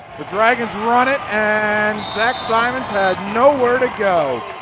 the dragons run it and zach simons had no where to go.